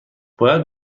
باید